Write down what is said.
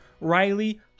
Riley